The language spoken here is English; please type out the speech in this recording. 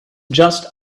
just